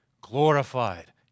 glorified